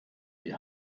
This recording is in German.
die